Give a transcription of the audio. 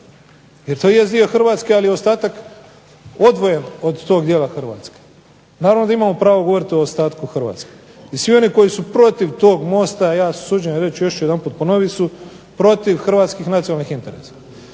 Jer to jest dio Hrvatske, ali ostatak odvojen od tog dijela Hrvatske. Naravno da imamo pravo govoriti o ostatku Hrvatske. I svi oni koji su protiv tog mosta ja se usuđujem reći, još ću jedanput ponoviti, su protiv hrvatskih nacionalnih interesa.